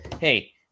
Hey